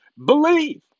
Believe